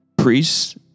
Priests